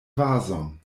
vazon